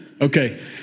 Okay